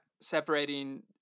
separating